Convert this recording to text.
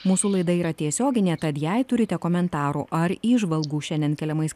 mūsų laida yra tiesioginė kad jei turite komentarų ar įžvalgų šiandien keliamais